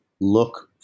look